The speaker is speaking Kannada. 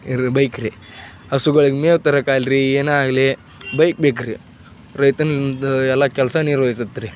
ಏನು ಬೈಕ್ರಿ ಹಸುಗಳಿಗ್ ಮೇವು ತರೊಕ್ಕಾಗಲ್ರೀ ಏನೇ ಆಗಲಿ ಬೈಕ್ ಬೇಕ್ರಿ ರೈತಂದು ಎಲ್ಲ ಕೆಲಸ ನಿರ್ವಹಿಸುತ್ರಿ